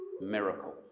Miracle